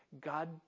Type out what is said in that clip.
God